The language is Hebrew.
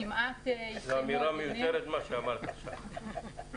זו אמירה מיותרת מה שאמרת עכשיו.